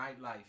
nightlife